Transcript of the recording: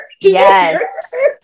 Yes